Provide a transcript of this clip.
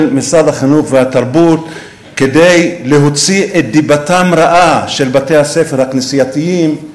משרד החינוך והתרבות כדי להוציא את דיבתם של בתי-הספר הכנסייתיים רעה.